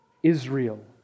Israel